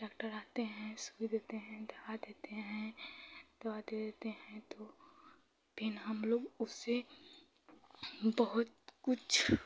doctor आते हैं सूइ देते हैं दवा देते हैं दवा दे देते हैं तो फिर हमलोग उसे बहुत कुछ